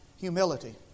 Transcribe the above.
humility